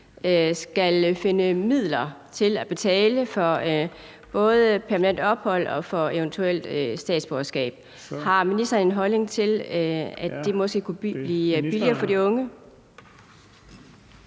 skal finde midler til at betale for både permanent ophold og eventuelt statsborgerskab. Har ministeren en holdning til, at det måske kunne blive billigere for de unge?